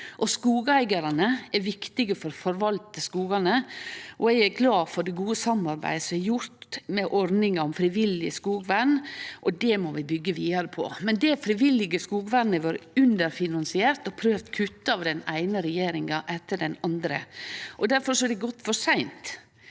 Skogeigarane er viktige for å forvalte skogane, og eg er glad for det gode samarbeidet som har vore når det gjeld ordningar om frivillig skogvern. Det må vi byggje vidare på. Det frivillige skogvernet har vore underfinansiert og prøvt kutta av den eine regjeringa etter den andre, og difor har det gått for seint.